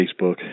Facebook